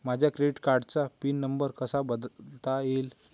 माझ्या क्रेडिट कार्डचा pin number कसा बदलता येईल?